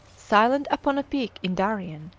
silent upon a peak in darien,